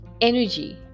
energy